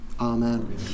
Amen